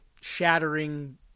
shattering